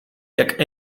jak